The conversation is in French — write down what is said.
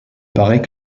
paraît